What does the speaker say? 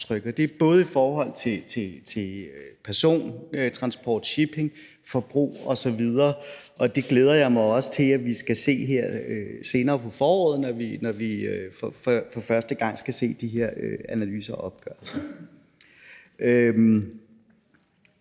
aftryk i forhold til persontransport, shipping, forbrug osv., og det glæder jeg mig også til at vi skal se på senere på foråret, når vi for første gang skal se de her analyser og opgørelser.